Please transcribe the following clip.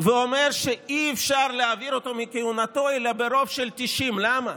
ואומר שאי-אפשר להעביר אותו מכהונתו אלא ברוב של 90. למה?